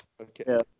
Okay